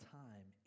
time